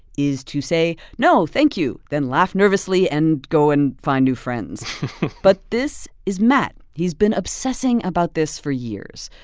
is to say, no, thank you, then laugh nervously and go and find new friends but this is matt. he's been obsessing about this for years.